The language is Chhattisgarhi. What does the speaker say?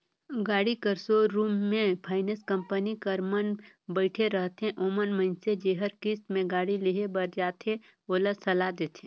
गाड़ी कर सोरुम में फाइनेंस कंपनी कर मन बइठे रहथें ओमन मइनसे जेहर किस्त में गाड़ी लेहे बर जाथे ओला सलाह देथे